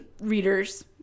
readers